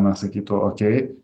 na sakytų okei